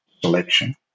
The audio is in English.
selection